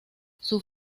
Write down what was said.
sus